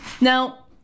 Now